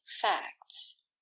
facts